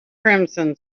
crimson